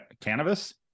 Cannabis